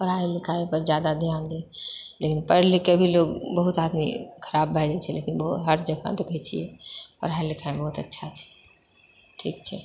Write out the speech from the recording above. पढ़ाइ लिखाइ पर ज्यादा ध्यान दी लेकिन पढ़ि लिखके भी लोग बहुत आदमी खराब भए जाइत छै लेकिन हरजगह देखैछिये पढ़ाइ लिखाइमे बहुत अच्छा छै ठीक छै